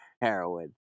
heroin